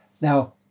Now